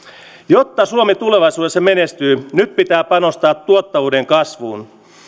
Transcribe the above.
jotta suomi tulevaisuudessa menestyy nyt pitää panostaa tuottavuuden kasvuun